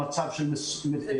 ממצב של מצוקה,